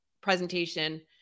presentation